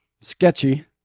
sketchy